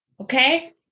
Okay